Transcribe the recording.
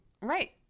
Right